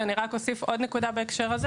אני רק אוסיף עוד נקודה בהקשר הזה